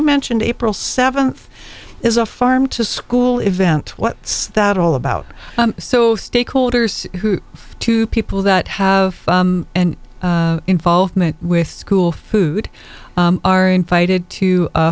mentioned april seventh is a farm to school event what's that all about so stakeholders who two people that have an involvement with school food are invited to a